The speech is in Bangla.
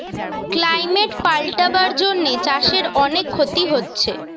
ক্লাইমেট পাল্টাবার জন্যে চাষের অনেক ক্ষতি হচ্ছে